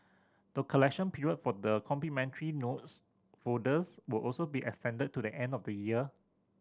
the collection period for the complimentary notes folders will also be extended to the end of the year